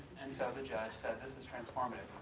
and so the judge said this is transformative.